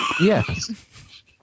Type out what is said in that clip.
yes